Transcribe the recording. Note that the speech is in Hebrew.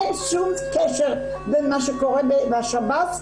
אין שום קשר בין מה שקורה בשב"ס,